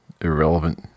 irrelevant